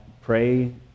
pray